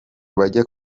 bajya